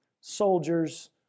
soldiers